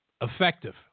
effective